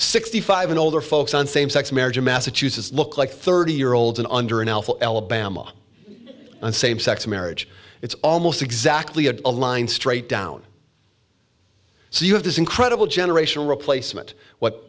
sixty five and older folks on same sex marriage in massachusetts look like thirty year olds and under an alpha alabama and same sex marriage it's almost exactly a line straight down so you have this incredible generational replacement what